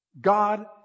God